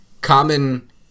common